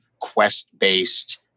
quest-based